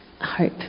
hope